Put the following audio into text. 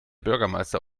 bürgermeister